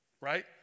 Right